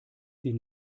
sie